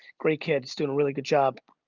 great kid, he's doin' a really good job,